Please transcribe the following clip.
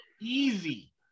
Easy